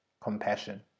Compassion